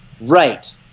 Right